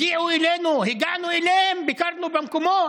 הגיעו אלינו, והגענו אליהם, ביקרנו במקומות,